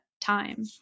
time